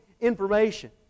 information